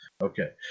Okay